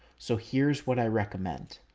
so here's what i recommend.